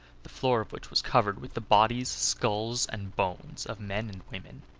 the floor of which was covered with the bodies, skulls and bones of men and women.